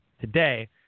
today